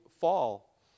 fall